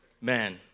Man